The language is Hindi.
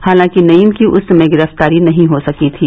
हालांकि नईम की उस समय गिरफ्तारी नहीं हो सकी थी